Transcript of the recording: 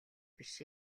биш